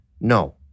no